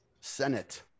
Senate